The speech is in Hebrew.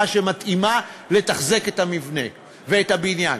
שמתאימה לתחזק את המבנה ואת הבניין?